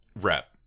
rep